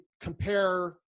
compare